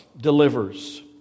delivers